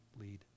lead